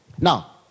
Now